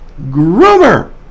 Groomer